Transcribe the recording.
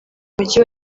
mujyi